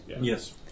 Yes